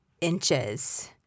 inches